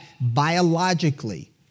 biologically